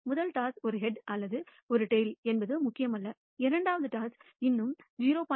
முதல் டாஸ் ஒரு ஹெட் அல்லது ஒரு டைல் என்பது முக்கியமல்ல இரண்டாவது டாஸ் இன்னும் 0